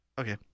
Okay